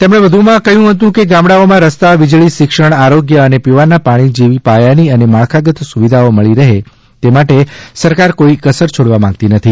તેમણે વધુ માં કહ્યું હતું કે ગામડાઓમાં રસ્તા વીજળી શિક્ષણ આરોગ્ય અને પીવાના પાણી જેવી પાયાની અને માળખાગત સુવિધાઓ મળી રહે તે માટે સરકાર કોઈ કસર છોડવા માંગતી નથી